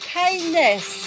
kindness